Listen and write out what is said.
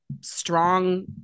strong